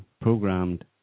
programmed